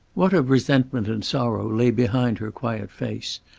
what of resentment and sorrow lay behind her quiet face,